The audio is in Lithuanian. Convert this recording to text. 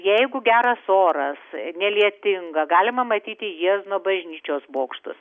jeigu geras oras nelietinga galima matyti jiezno bažnyčios bokštus